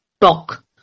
talk